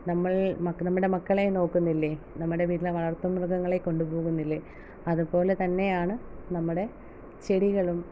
നമ്മൾ മക്കൾ നമ്മുടെ മക്കളെ നോക്കുന്നില്ലേ നമ്മുടെ വീട്ടിലെ വളർത്തു മൃഗങ്ങളെ കൊണ്ടു പോകുന്നില്ലേ അതുപോലെ തന്നെയാണ് നമ്മുടെ ചെടികളും